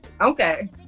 okay